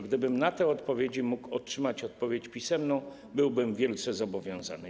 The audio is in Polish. Gdybym na te pytania mógł otrzymać odpowiedź pisemną, byłbym wielce zobowiązany.